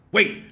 Wait